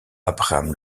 abraham